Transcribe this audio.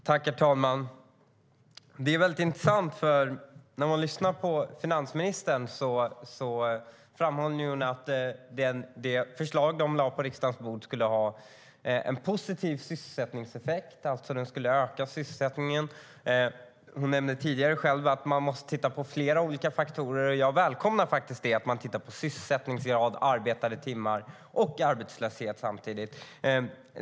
Herr talman! Det är intressant att lyssna på finansministern. Hon framhåller att det förslag som man har lagt på riksdagens bord skulle ha en positiv sysselsättningseffekt, alltså att det skulle öka sysselsättningen. Hon nämnde tidigare att man måste titta på flera olika faktorer. Jag välkomnar faktiskt det och att man tittar på sysselsättningsgrad, arbetade timmar och arbetslöshet samtidigt.